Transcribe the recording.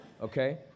okay